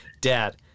dad